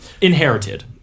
inherited